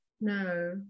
No